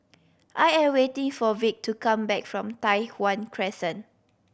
I am waiting for Vic to come back from Tai Hwan Crescent